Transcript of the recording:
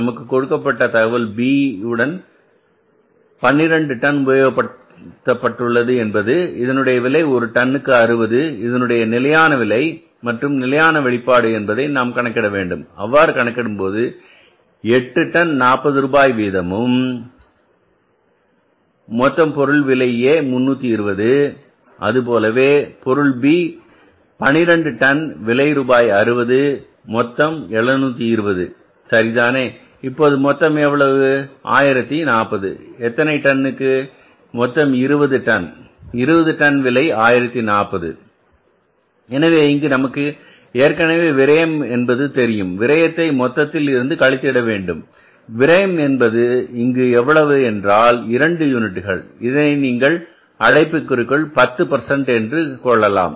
நமக்கு கொடுக்கப்பட்ட தகவல் பொருள் B என்பது 12 டன் உபயோகப்படுத்தப்பட்டுள்ளது என்பது இதனுடைய விலை ஒரு டன்னுக்கு 60 இதனுடைய நிலையான விலை மற்றும் நிலையான வெளிப்பாடு என்பதை நாம் கணக்கிட வேண்டும் அவ்வாறு கணக்கிடும்போது 8 டன் 40 ரூபாய் வீதமும் கணக்கிடும்போது மொத்தம் பொருள் A விலை நமக்கு 320 அது போலவே பொருள் பி 12 டன் விலை ரூபாய் 60 வீதம் மொத்தம் ரூபாய் 720 சரிதானே இப்போது மொத்தம் எவ்வளவு இது 1040 எத்தனை டன்னுக்கு மொத்தம் 20 டன் 20 டன் விலை ரூபாய் 1040 எனவே இங்கு நமக்கு ஏற்கனவே விரயம் என்பது தெரியும் விரயத்தை நாம் மொத்தத்தில் இருந்து களித்திட வேண்டும் விரையம் இங்கு எவ்வளவு என்றால் 2 யூனிட்டுகள் இதனை நீங்கள் அடைப்புக்குறிக்குள் 10 என்று கொள்ளலாம்